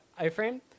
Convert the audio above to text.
iframe